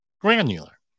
granular